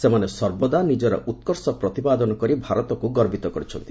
ସେମାନେ ସର୍ବଦା ନିଜର ଉତ୍କର୍ଷ ପ୍ରତିପାଦନ କରି ଭାରତକୁ ଗର୍ବିତ କରିଛନ୍ତି